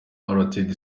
rtd